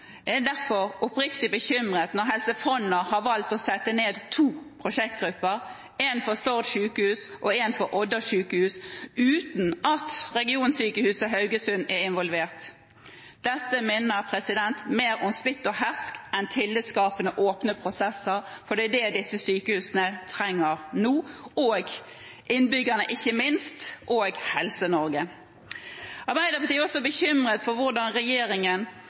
Jeg er derfor oppriktig bekymret når Helse Fonna har valgt å sette ned to prosjektgrupper, én for Stord sjukehus og én for Odda sjukehus, uten at Haugesund sjukehus er involvert. Dette minner mer om splitt og hersk enn tillitskapende og åpne prosesser. Det er det disse sykehusene trenger nå, og ikke minst innbyggerne og Helse-Norge. Arbeiderpartiet er også bekymret for hvordan